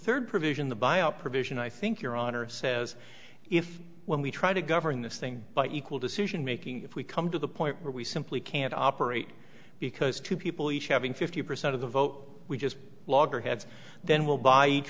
third provision the buy a provision i think your honor says if when we try to govern this thing by equal decision making if we come to the point where we simply can't operate because two people each having fifty percent of the vote we just blogger heads then we'll buy each